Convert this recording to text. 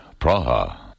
Praha